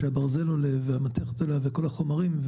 כשמחיר הברזל עולה ומחיר המתכת עולה ומחיר כל החומרים עולה,